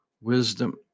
wisdom